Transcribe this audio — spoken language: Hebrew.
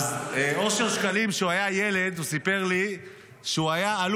אושר שקלים סיפר לי שכשהוא היה ילד הוא